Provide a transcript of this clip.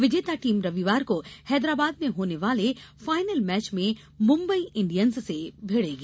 विजेता टीम रविवार को हैदराबाद में होने वाले फाइनल मैच में मुम्बई इंडियंस से भिड़ेगी